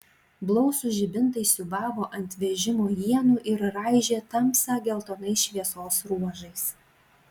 blausūs žibintai siūbavo ant vežimo ienų ir raižė tamsą geltonais šviesos ruožais